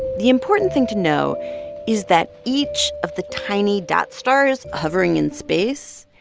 the important thing to know is that each of the tiny dot-stars hovering in space,